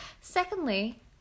secondly